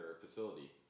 facility